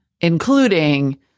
including